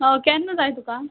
हय केन्ना जाय तुका